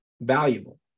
valuable